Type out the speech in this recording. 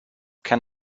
can